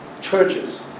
churches